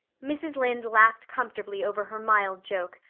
mrs. lynde laughed comfortably over her mild joke,